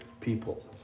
people